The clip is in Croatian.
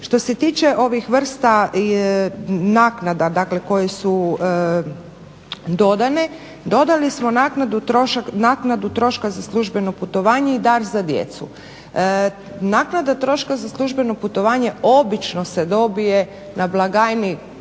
Što se tiče ovih vrsta naknada dakle koje su dodane, dodali smo naknadu troška za službeno putovanje i dar za djecu. Naknada troška za službeno putovanje obično se dobije na blagajni